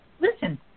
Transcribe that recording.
listen